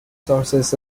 sources